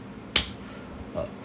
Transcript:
uh